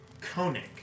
Koenig